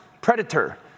predator